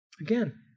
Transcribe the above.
Again